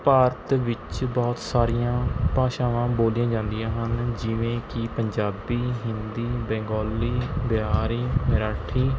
ਭਾਰਤ ਵਿੱਚ ਬਹੁਤ ਸਾਰੀਆਂ ਭਾਸ਼ਾਵਾਂ ਬੋਲੀਆਂ ਜਾਂਦੀਆਂ ਹਨ ਜਿਵੇਂ ਕਿ ਪੰਜਾਬੀ ਹਿੰਦੀ ਬੈਂਗੋਲੀ ਬਿਹਾਰੀ ਮਰਾਠੀ